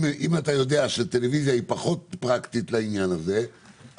אם אתה יודע שטלוויזיה היא פחות פרקטית לעניין הזה,